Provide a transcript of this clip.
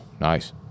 nice